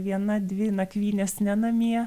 viena dvi nakvynės ne namie